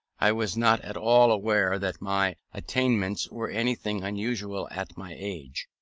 i was not at all aware that my attainments were anything unusual at my age.